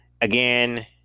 Again